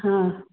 हा